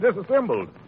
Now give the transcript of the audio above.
disassembled